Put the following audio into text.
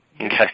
Okay